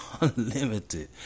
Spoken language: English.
Unlimited